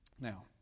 Now